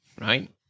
right